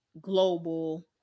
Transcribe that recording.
global